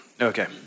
okay